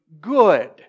good